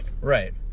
Right